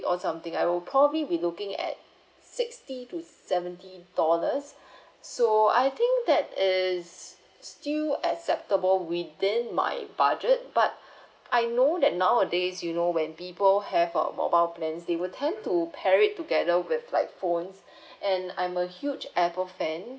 or something I will probably be looking at sixty to seventy dollars so I think that is still acceptable within my budget but I know that nowadays you know when people have a mobile plans they will tend to pair it together with like phones and I'm a huge Apple fan